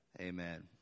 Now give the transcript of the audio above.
Amen